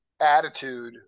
attitude